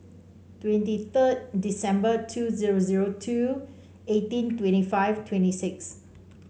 twenty third December two zero zero two eighteen twenty five twenty six